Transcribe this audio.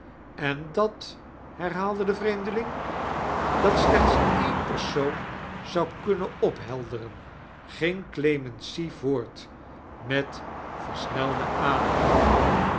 en dat herhaalde de vreenideling dat slechts een persoon zou kninnen ophelderen ging clemency voort met versiruelde adenihaling